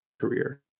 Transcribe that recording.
career